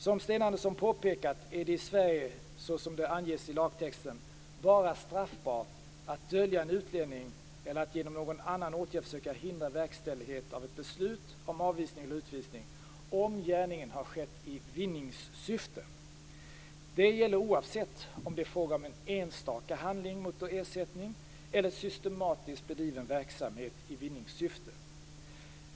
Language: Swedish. Som Sten Andersson påpekat är det i Sverige, så som det anges i lagtexten, bara straffbart att dölja en utlänning eller att genom någon annan åtgärd försöka hindra verkställighet av ett beslut om avvisning eller utvisning, om gärningen har skett i vinningssyfte. Det gäller oavsett om det är fråga om en enstaka handling mot ersättning eller en systematiskt bedriven verksamhet i vinningssyfte.